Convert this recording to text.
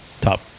top